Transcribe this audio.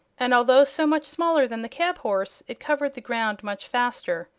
and although so much smaller than the cab-horse it covered the ground much faster.